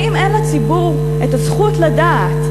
האם אין לציבור הזכות לדעת,